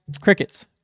crickets